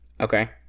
Okay